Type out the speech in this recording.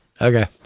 Okay